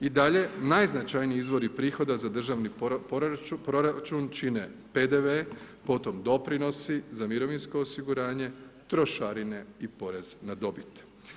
I dalje najznačajniji izvori prihoda za državni proračun čine PDV, potom doprinosi za mirovinsko osiguranje, trošarine i porez na dobit.